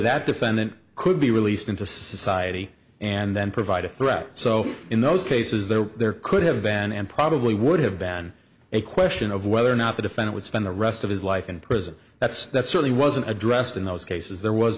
that defendant could be released into society and then provide a threat so in those cases though there could have been and probably would have been a question of whether or not the defense would spend the rest of his life in prison that's that certainly wasn't addressed in those cases there was